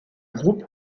groupe